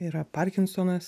yra parkinsonas